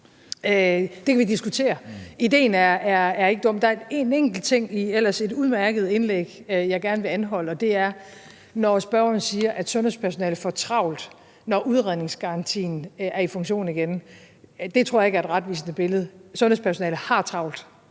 Det kan vi diskutere; ideen er ikke dum. Der er en enkelt ting i et ellers udmærket indlæg, jeg gerne vil anholde, og det er, når spørgeren siger, at sundhedspersonalet får travlt, når udredningsgarantien er i funktion igen. Det tror jeg ikke er et retvisende billede – sundhedspersonalet har travlt,